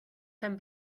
pen